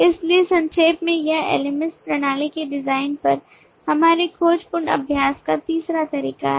इसलिए संक्षेप में यह LMS प्रणाली के डिजाइन पर हमारे खोजपूर्ण अभ्यास का तीसरा हिस्सा है